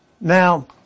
Now